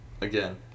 Again